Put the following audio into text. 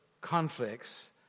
conflicts